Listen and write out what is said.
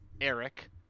Eric